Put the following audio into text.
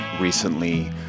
recently